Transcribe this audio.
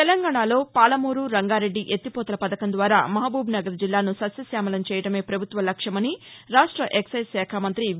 తెలంగాణలో పాలమూరు రంగారెడ్డి ఎత్తిపోతల పథకం ద్వారా మహబూబ్నగర్ జిల్లాను సస్యక్యామలం చేయడమే పభుత్వ లక్ష్యమని రాష్ట ఎక్షైజ్ శాఖ మంతి వి